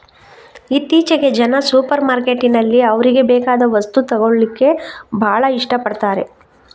ಇತ್ತೀಚೆಗೆ ಜನ ಸೂಪರ್ ಮಾರ್ಕೆಟಿನಲ್ಲಿ ಅವ್ರಿಗೆ ಬೇಕಾದ ವಸ್ತು ತಗೊಳ್ಳಿಕ್ಕೆ ಭಾಳ ಇಷ್ಟ ಪಡ್ತಾರೆ